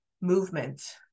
movement